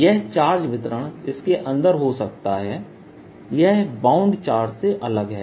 यह चार्ज वितरण इसके अंदर हो सकता है यह बाउन्ड चार्ज से अलग है